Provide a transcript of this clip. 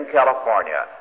California